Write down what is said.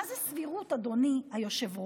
מה זה סבירות, אדוני היושב-ראש?